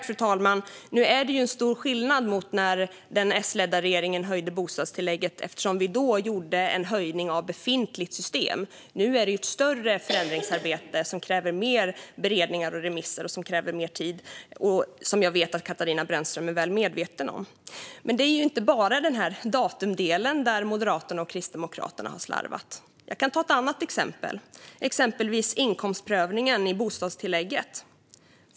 Fru talman! Det finns en stor skillnad jämfört med när den S-ledda regeringen höjde bostadstillägget eftersom vi då gjorde en höjning av ett befintligt system. Nu är det ett större förändringsarbete som kräver mer beredningar, remisser och tid, vilket jag vet att Katarina Brännström är väl medveten om. Men det är inte bara med datumdelen som Moderaterna och Kristdemokraterna har slarvat. Jag kan ta ett annat exempel, nämligen inkomstprövningen för bostadstillägget.